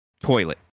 toilet